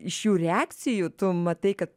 iš jų reakcijų tu matai kad